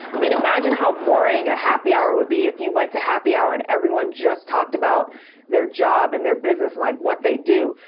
i mean imagine how boring a happy hour would be if you went to happy hour and everyone just talked about their job and their business, and like what they do.